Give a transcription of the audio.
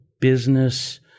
business